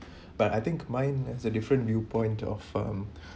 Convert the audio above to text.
but I think mine has a different viewpoint of um